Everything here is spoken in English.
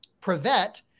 prevent